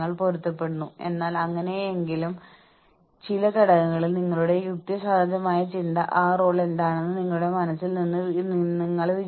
നിങ്ങൾക്ക് എത്രത്തോളം ആഴത്തിൽ പോകാൻ കഴിയുമെന്ന് നമുക്ക് നോക്കാം ഫോറത്തിലെ നിങ്ങളുടെ ചോദ്യങ്ങൾക്ക് ഞാൻ മറുപടി നൽകും